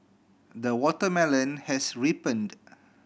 the watermelon has ripened